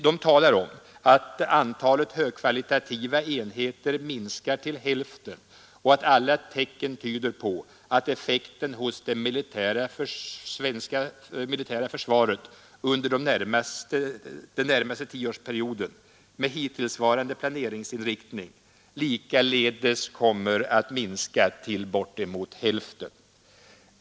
De talar om att antalet högkvalitativa enheter minskar till hälften och att alla tecken tyder på att effekten hos det svenska militära försvaret under den närmaste tioårsperioden, med hittillsvarande planeringsinriktning, likaledes kommer att minska till bortemot hälften.